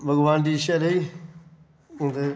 भगवान दी इच्छेया रेही ते